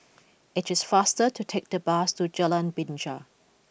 it is faster to take the bus to Jalan Binja